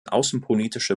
außenpolitische